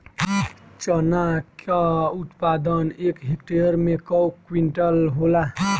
चना क उत्पादन एक हेक्टेयर में कव क्विंटल होला?